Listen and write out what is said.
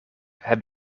heb